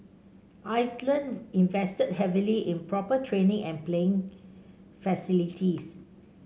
Iceland invested heavily in proper training and playing facilities